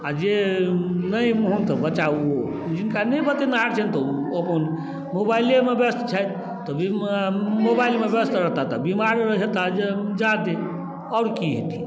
आओर जे नहि ओहन तऽ बच्चा ओ जिनका नहि बतेनिहार छनि तऽ ओ अपन मोबाइलेमे व्यस्त छथि तऽ मोबाइलमे व्यस्त रहताह तऽ बीमार हेताह ज्यादे आओर कि हेथिन